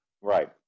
Right